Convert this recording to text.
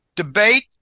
debate